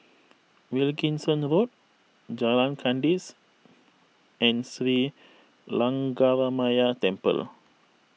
Wilkinson Road Jalan Kandis and Sri Lankaramaya Temple